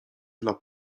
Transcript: dla